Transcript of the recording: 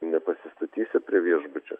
nepasistatysi prie viešbučio